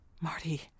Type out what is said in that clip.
Marty